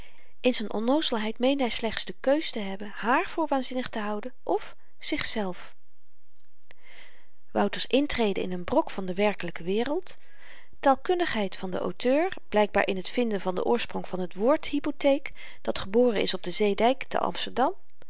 in z'n onnoozelheid meende hy slechts de keur te hebben hààr voor waanzinnig te houden of zichzelf wouter's intrede in n brok van de werkelyke wereld taalkundigheid van den auteur blykbaar in t vinden van den oorsprong van t woord hypotheek dat geboren is op den zeedyk te amsterdam